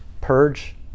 purge